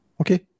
okay